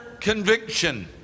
conviction